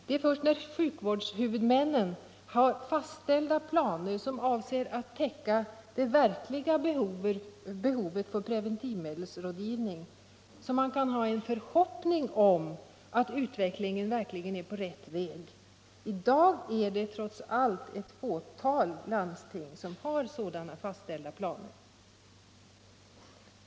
Det är först när sjukvårdshuvudmännen har fastställda planer, som avser att täcka det verkliga behovet av preventivmedelsrådgivning, som man kan ha en förhoppning om att utvecklingen är på rätt väg. I dag är det trots allt ett fåtal landsting som har sådana fastställda planer.